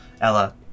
Ella